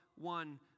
one